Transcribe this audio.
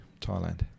Thailand